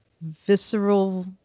visceral